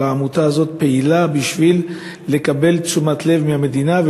העמותה הזו פעילה בשביל לקבל תשומת לב מהמדינה,